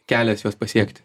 kelias juos pasiekti